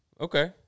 Okay